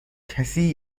کسی